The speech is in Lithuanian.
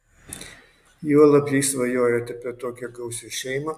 juolab jei svajojate apie tokią gausią šeimą